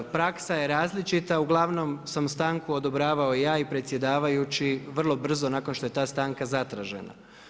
Praksa je različita uglavnom sam stanku odobravao ja i predsjedavajući vrlo brzo nakon što je ta stanka zatražena.